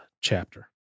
chapter